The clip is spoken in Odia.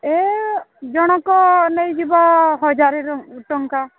ଏ ଜଣକ ନେଇଯିବ ହଜାରରୁ ଟଙ୍କା